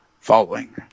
following